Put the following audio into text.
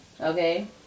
Okay